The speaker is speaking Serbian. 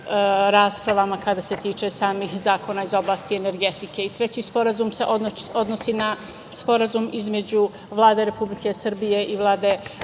raspravama, što se tiče samih zakona iz oblasti energetike. Treći sporazum se odnosi na Sporazum između Vlade Republike Srbije i Vlade